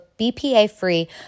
BPA-free